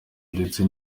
ndetse